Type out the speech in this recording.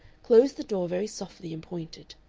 closed the door very softly and pointed,